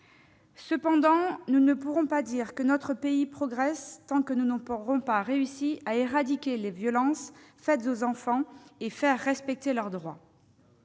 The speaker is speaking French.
Cependant, nous ne pourrons dire que notre pays progresse tant que nous n'aurons pas réussi à éradiquer les violences faites aux enfants et à faire respecter leurs droits.